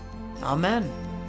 Amen